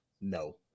No